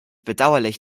bedauerlich